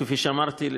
כפי שאמרתי,